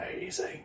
amazing